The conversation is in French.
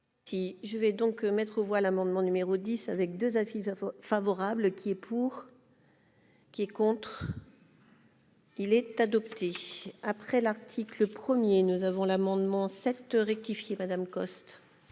Je vais donc mettre aux voix l'amendement numéro 10 avec 2 favorable qui est pour. Qui est contre. Il est adopté, après l'article 1er nous avons l'amendement cette rectifié Madame Coste.